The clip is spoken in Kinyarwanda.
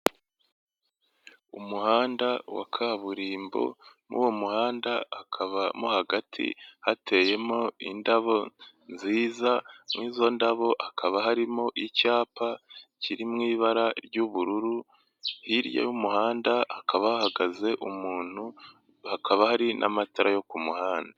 Umuhanda wa kaburimbo mu uwo muhanda hakaba mo hagati hateyemo indabo nziza, mu izo ndabo hakaba harimo icyapa kiri mu ibara ry'ubururu, hirya y'umuhanda hakaba ahahagaze umuntu, hakaba hari n'amatara yo ku muhanda.